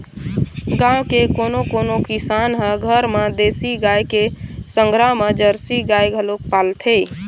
गाँव के कोनो कोनो किसान ह घर म देसी गाय के संघरा म जरसी गाय घलोक पालथे